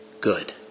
good